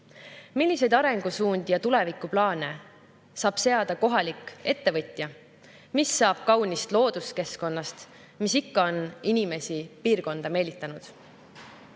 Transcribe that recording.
Milliseid arengusuundi ja tulevikuplaane saab seada kohalik ettevõtja? Mis saab kaunist looduskeskkonnast, mis ikka on inimesi piirkonda meelitanud?